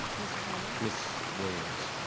mr. chairman. miss williams.